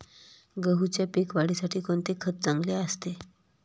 गहूच्या पीक वाढीसाठी कोणते खत चांगले असते?